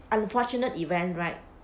unfortunate event right